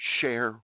share